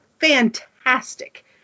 fantastic